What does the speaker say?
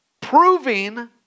proving